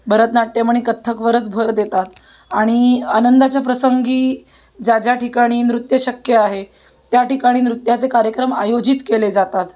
भरतनाट्यम आणि कथ्थकवरच भर देतात आणि आनंदाच्या प्रसंगी ज्या ज्या ठिकाणी नृत्य शक्य आहे त्या ठिकाणी नृत्याचे कार्यक्रम आयोजित केले जातात